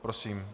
Prosím.